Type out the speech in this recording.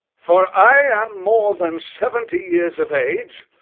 for i am more than seventy years of age,